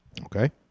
okay